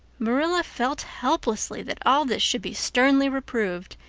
marilla felt helplessly that all this should be sternly reproved,